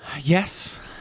Yes